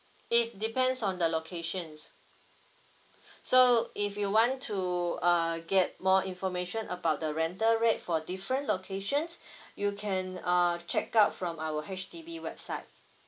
it depends on the locations so if you want to uh get more information about the rental rate for different locations you can uh check out from our H_D_B website